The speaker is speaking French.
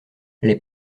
les